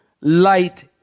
light